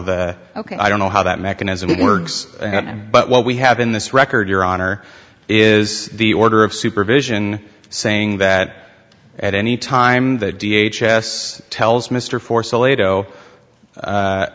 the ok i don't know how that mechanism works but what we have in this record your honor is the order of supervision saying that at any time the d h s s tells mr for